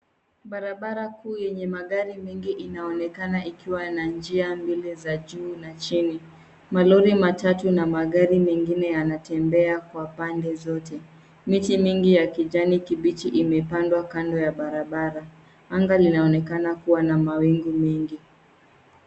Barabara kuu yenye magari mengi inaonekana ikiwa na njia mbili za juu na chini. Malori matatu na magari mengine yanatembea kwa pande zote. Miti mingi ya kijanikibichi imepandwa kando ya barabara. Anga linaonekana kuwa na mawingu mengi.